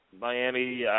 Miami